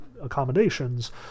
accommodations